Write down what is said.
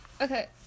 Okay